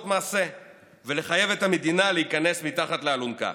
מעשה ולחייב את המדינה להיכנס מתחת לאלונקה.